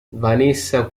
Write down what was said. vanessa